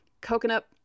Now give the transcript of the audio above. Coconut